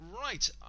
right